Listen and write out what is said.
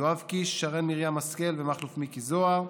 יואב קיש, שרן מרים השכל ומכלוף מיקי זוהר,